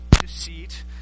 deceit